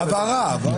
הבהרה.